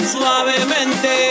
Suavemente